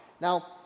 Now